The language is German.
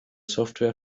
software